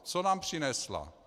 Co nám přinesla?